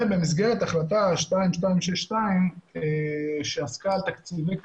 ובמסגרת החלטה 2262 שעסקה בתקציבי קק"ל,